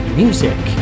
music